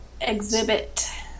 exhibit